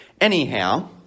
Anyhow